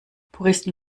puristen